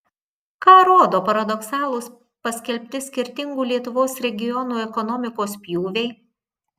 ką rodo paradoksalūs paskelbti skirtingų lietuvos regionų ekonomikos pjūviai